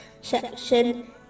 section